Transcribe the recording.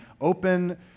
open